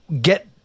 get